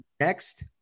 next